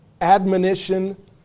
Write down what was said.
admonition